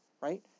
right